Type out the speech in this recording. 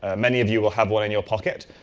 ah many of you will have one in your pocket.